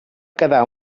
quedar